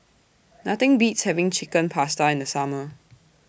Nothing Beats having Chicken Pasta in The Summer